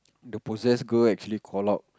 the possessed girl actually call out